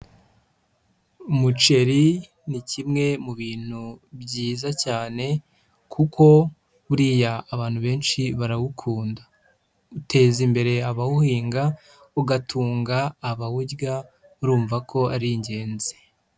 Umuceri ni kimwe mu bintu byiza cyane kuko buriya abantu benshi barawukunda. Uteza imbere abawuhinga, ugatunga abawurya, urumva ko ari ingenzi.